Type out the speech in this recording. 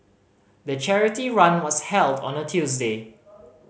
the charity run was held on a Tuesday